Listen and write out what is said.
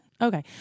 Okay